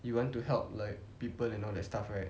you want to help like people and all that stuff right